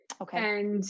okay